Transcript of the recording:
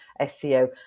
seo